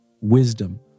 wisdom